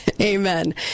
Amen